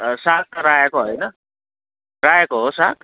साग त रायोको होइन रायोको हो साग